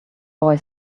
boy